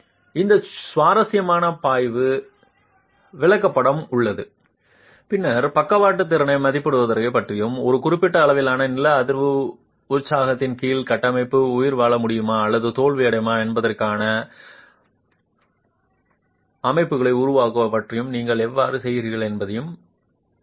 இந்த சுவாரஸ்யமான பாய்வு விளக்கப்படம் உள்ளது பின்னர் பக்கவாட்டு திறனை மதிப்பிடுவதைப் பற்றியும் ஒரு குறிப்பிட்ட அளவிலான நில அதிர்வு உற்சாகத்தின் கீழ் கட்டமைப்பு உயிர்வாழ முடியுமா அல்லது தோல்வியடையுமா என்பதற்கான காசோலைகளை உருவாக்குவது பற்றியும் நீங்கள் எவ்வாறு செல்கிறீர்கள் என்பதைப் பிடிக்கிறது